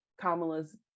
Kamala's